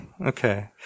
Okay